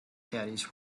caddies